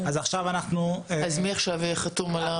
אז מי עכשיו חתום?